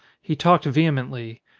he talked ve hemently.